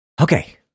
Okay